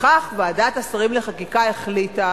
לפיכך ועדת השרים לחקיקה החליטה